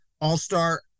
all-star